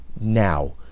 Now